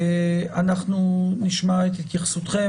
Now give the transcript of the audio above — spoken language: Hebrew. נשמע את התייחסותכם.